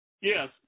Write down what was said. yes